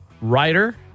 Writer